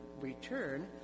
return